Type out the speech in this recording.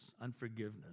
unforgiveness